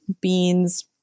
beans